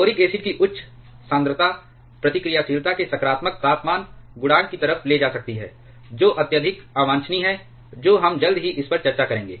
boric acid की उच्च सांद्रता प्रतिक्रियाशीलता के सकारात्मक तापमान गुणांक की तरफ़ ले जा सकती है जो अत्यधिक अवांछनीय है जो हम जल्द ही इस पर चर्चा करेंगे